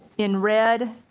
in red